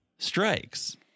strikes